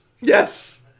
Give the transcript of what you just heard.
Yes